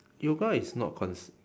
yoga is not cons~